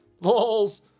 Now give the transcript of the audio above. lols